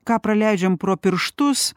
ką praleidžiam pro pirštus